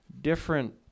different